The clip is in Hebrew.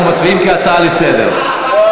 אנחנו מצביעים כהצעה לסדר-היום.